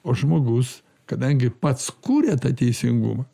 o žmogus kadangi pats kuria tą teisingumą